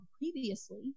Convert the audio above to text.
previously